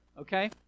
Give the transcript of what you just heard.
okay